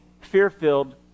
fear-filled